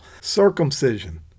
circumcision